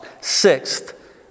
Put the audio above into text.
Sixth